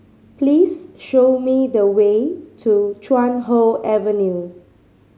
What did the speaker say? please show me the way to Chuan Hoe Avenue